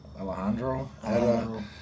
Alejandro